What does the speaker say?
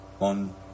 on